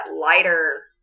lighter